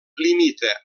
limita